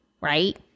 right